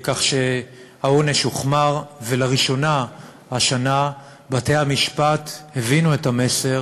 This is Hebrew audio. העונש הוחמר ולראשונה השנה בתי-המשפט הבינו את המסר